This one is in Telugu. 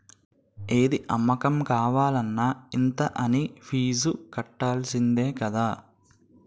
ఏది అమ్మకం కావాలన్న ఇంత అనీ ఫీజు కట్టాల్సిందే కదా